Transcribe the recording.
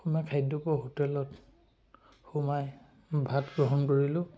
অসমীয়া খাদ্য পোৱা হোটেলত সোমাই ভাত গ্ৰহণ কৰিলোঁ